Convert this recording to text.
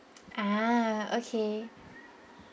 ah okay